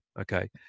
okay